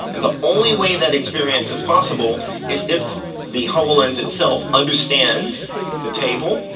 and the only way that experience is possible is if the hololens itself understands the table,